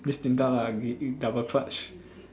this Din-Tat lah we we double clutch